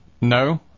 No